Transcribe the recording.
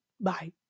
Bye